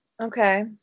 Okay